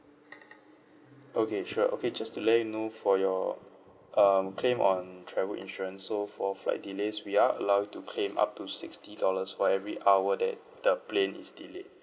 okay sure okay just to let you know for your um claim on travel insurance so for flight delays we are allowed to claim up to sixty dollars for every hour that the plane is delayed